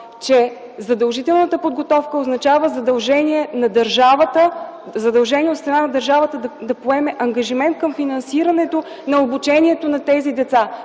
че задължителната подготовка означава задължение от страна на държавата да поеме ангажимент към финансирането на обучението на тези деца,